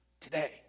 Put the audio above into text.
Today